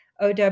OW